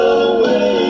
away